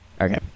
Okay